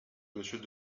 monsieur